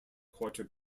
quarter